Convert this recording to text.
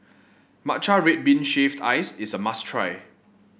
Matcha Red Bean Shaved Ice is a must try